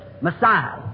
Messiah